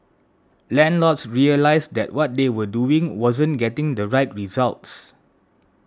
landlords realised that what they were doing wasn't getting the right results